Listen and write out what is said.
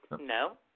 No